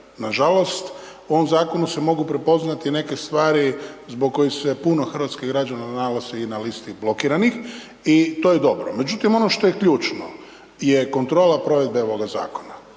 Nažalost, u ovom zakonu se mogu prepoznati neke stvari zbog koji se puno hrvatskih građana nalazi i na listi blokiranih i to je dobro. Međutim, ono što je ključno, je kontrola provedbe ovoga zakona,